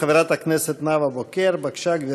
חברת הכנסת נאוה בוקר, בבקשה, גברתי,